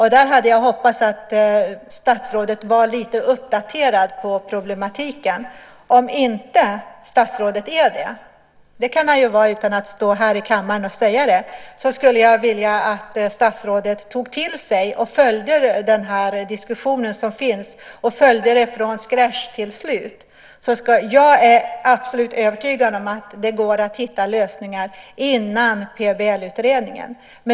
Här hade jag hoppats att statsrådet var lite uppdaterad på problematiken. Om inte statsrådet är det - det kan han ju vara utan att stå här i kammaren och säga det - skulle jag vilja att statsrådet tog till sig och följde den diskussion som finns från scratch till slut. Jag är absolut övertygad om att det går att hitta lösningar innan PBL-utredningen kommer.